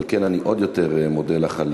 ועל כן אני עוד יותר מודה לך.